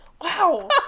wow